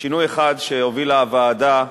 שינוי אחד שהובילה הוועדה.